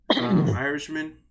Irishman